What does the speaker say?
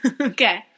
Okay